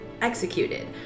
executed